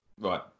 Right